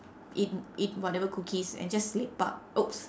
eat eat whatever cookies and just lepak !oops!